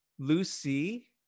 Lucy